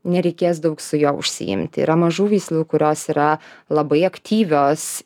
nereikės daug su juo užsiimti yra mažų veislių kurios yra labai aktyvios